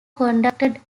conducted